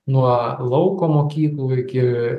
nuo lauko mokyklų iki